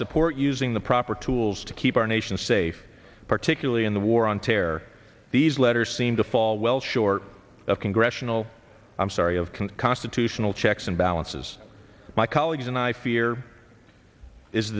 support using the proper tools to keep our nation safe particularly in the war on terror these letters seem to fall well short of congressional i'm sorry of can constitutional checks and balances my colleagues and i fear is